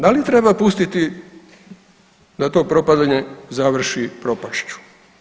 Da li treba pustiti da to propadanje završi propašću?